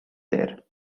there